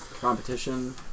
competition